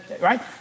right